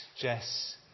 Jess